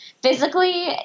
physically